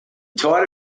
taught